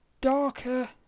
darker